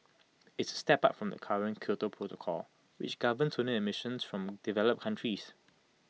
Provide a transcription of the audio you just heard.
IT is A step up from the current Kyoto protocol which governs only emissions from developed countries